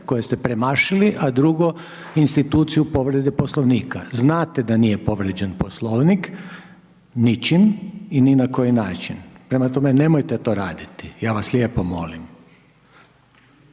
koje ste premašili a drugo, instituciju povrede Poslovnika. Znate d nije povrijeđen Poslovnik ničim i ni na koji način, prema tome, nemojte to raditi. Ja vas lijepo molim.